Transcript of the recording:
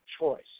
choice